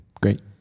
Great